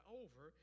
over